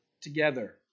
together